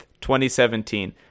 2017